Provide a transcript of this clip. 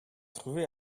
trouvé